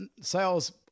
sales